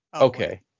Okay